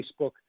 Facebook